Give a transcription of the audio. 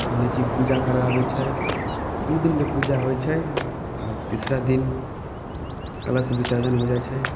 पण्डीजी पूजा करबाबै छै दुइ दिनके पूजा होइ छै आओर तीसरा दिन कलश विसर्जन हो जाइ छै